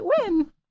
win